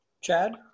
Chad